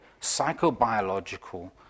psychobiological